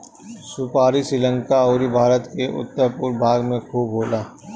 सुपारी श्रीलंका अउरी भारत के उत्तर पूरब भाग में खूब होला